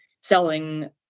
selling